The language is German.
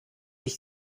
ich